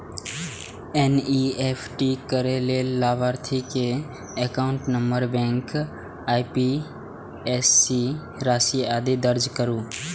NEFT करै लेल लाभार्थी के एकाउंट नंबर, बैंक, आईएपएससी, राशि, आदि दर्ज करू